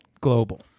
Global